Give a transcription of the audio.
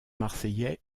marseillais